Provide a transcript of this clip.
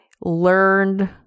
learned